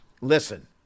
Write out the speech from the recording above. Listen